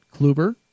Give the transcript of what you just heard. Kluber